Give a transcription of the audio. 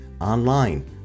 online